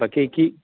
বাকী কি